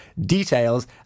details